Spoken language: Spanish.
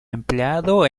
empleado